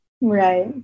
Right